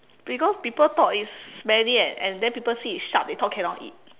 because people thought it's smelly and and then people see it's sharp they thought cannot eat